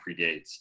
predates